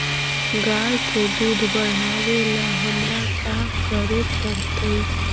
गाय के दुध बढ़ावेला हमरा का करे पड़तई?